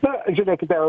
na žiūrėkite